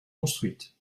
construites